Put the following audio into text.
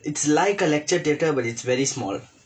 it's like a lecture theatre but it's very small